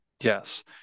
Yes